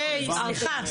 היי סליחה.